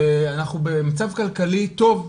שאנחנו במצב כלכלי טוב,